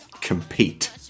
compete